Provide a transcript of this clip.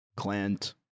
Clint